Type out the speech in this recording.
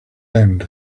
end